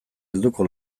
helduko